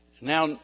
Now